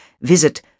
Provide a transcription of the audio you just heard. visit